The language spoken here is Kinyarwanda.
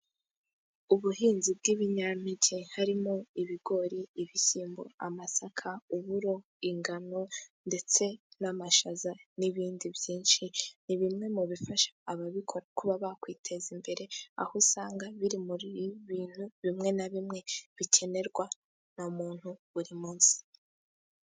Ubuhinzi bw'ibinyampeke harimo ibigori, ibishyimbo, amasaka, uburo, ingano ndetse n'amashaza n'ibindi byinshi, ni bimwe mu bifasha ababikora kuba bakwiteza imbere, aho usanga biri muri ibibintu bimwe na bimwe bikenerwa na muntu buri munsi.